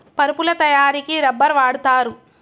పరుపుల తయారికి రబ్బర్ వాడుతారు